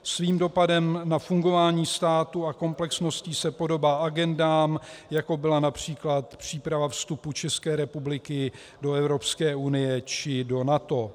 Svým dopadem na fungování státu a komplexností se podobá agendám, jako byla například příprava vstupu České republiky do Evropské unie či do NATO.